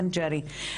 כן, ג'רי תמשיכי.